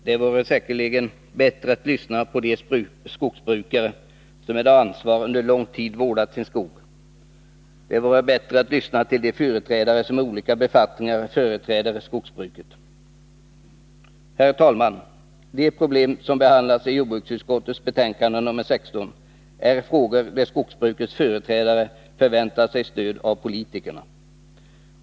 Det vore säkerligen bättre att lyssna på de skogsbrukare som med ansvar under lång tid vårdat sin skog. Det vore bättre att lyssna till dem som på olika befattningar företräder skogsbruket. Herr talman! De problem som behandlas i jordbruksutskottets betänkande nr 16 gäller frågor där skogsbrukets företrädare förväntat sig stöd av politikerna.